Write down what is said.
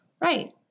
Right